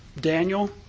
Daniel